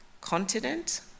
continent